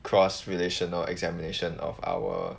cross relational examination of our